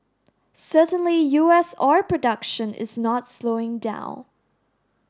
certainly U S oil production is not slowing down